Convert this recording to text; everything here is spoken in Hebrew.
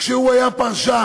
כשהוא היה פרשן.